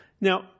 Now